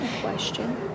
question